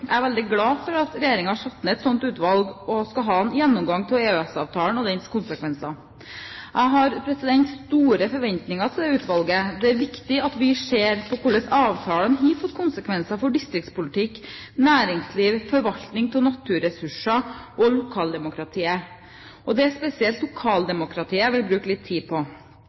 Jeg er veldig glad for at Regjeringen har satt ned et slikt utvalg og skal ha en gjennomgang av EØS-avtalen og dens konsekvenser. Jeg har store forventninger til det utvalget. Det er viktig at vi ser på hvordan avtalen har fått konsekvenser for distriktspolitikk, næringsliv, forvaltning av naturressurser og lokaldemokratiet. Det er spesielt lokaldemokratiet jeg vil bruke litt tid på.